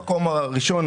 ספורטאים במקומות הראשון,